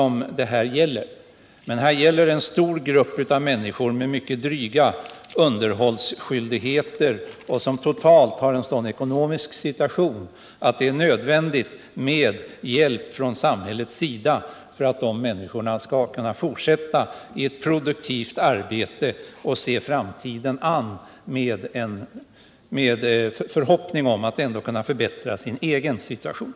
Men här gäller det en stor grupp människor med mycket stora underhållsskyldigheter och som totalt har en sådan ekonomisk situation att det är nödvändigt med hjälp från samhällets sida, för att de skall kunna fortsätta i ett produktivt arbete och se framtiden an med förhoppning om att kunna förbättra sin egen situation.